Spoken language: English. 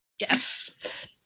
Yes